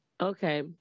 okay